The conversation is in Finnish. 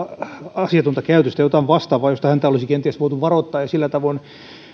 asiatonta käytöstä jotain vastaavaa josta häntä olisi kenties voitu varoittaa ja sillä tavoin